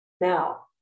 Now